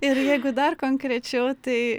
ir jeigu dar konkrečiau tai